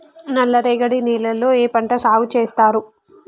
నల్లరేగడి నేలల్లో ఏ పంట సాగు చేస్తారు?